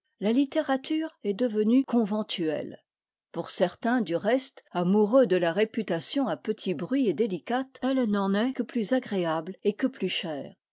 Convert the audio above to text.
la littérature est devenue conventuelle pour certains du reste amoureux de la réputation à petit bruit et délicate elle n'en est que plus agréable et que plus chère